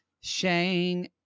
Shane